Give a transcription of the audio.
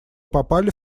попали